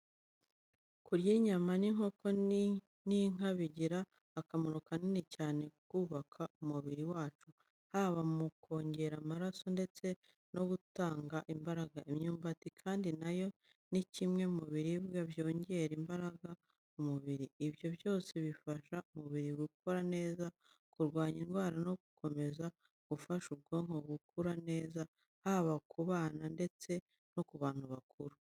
Kurya inyama z’inkoko n’iz’inka bigira akamaro kanini cyane mu kubaka umubiri wacu, haba mu kongera amaraso ndetse no gutanga imbaraga. Imyumbati kandi na yo ni kimwe mu biribwa byongerera imbaraga umubiri. Ibyo byose bifasha umubiri gukora neza, kurwanya indwara no gukomeza gufasha ubwonko gukura neza, haba ku bana ndetse no ku bantu bakuru.